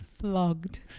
Flogged